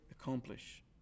accomplish